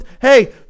hey